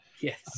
Yes